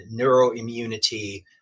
neuroimmunity